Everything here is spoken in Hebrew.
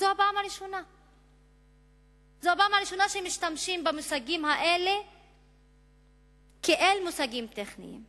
זאת הפעם הראשונה שמשתמשים במושגים האלה כמושגים טכניים.